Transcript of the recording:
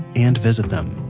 and visit them